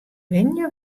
wenje